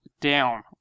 down